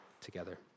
together